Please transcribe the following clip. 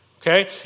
okay